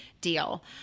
deal